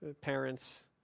parents